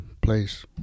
place